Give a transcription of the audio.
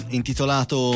intitolato